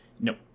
Nope